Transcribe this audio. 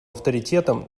авторитетом